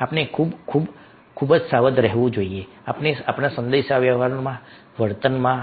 આપણે ખૂબ ખૂબ જ સાવધ રહેવું જોઈએ આપણે આપણા સંદેશાવ્યવહારમાં વર્તનમાં